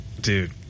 dude